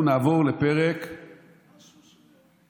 אנחנו נעבור לפרק 9,